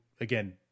again